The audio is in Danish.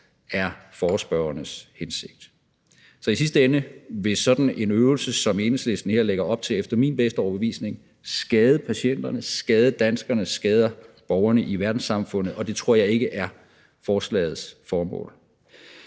er forespørgernes hensigt. Så i sidste ende vil sådan en øvelse, som Enhedslisten her lægger op til, efter min bedste overbevisning skade patienterne, skade danskerne, skade borgerne i verdenssamfundet, og det tror jeg ikke er forslagets formål.